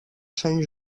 sant